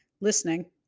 listening